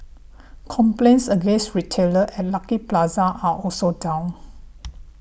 complaints against retailer at Lucky Plaza are also down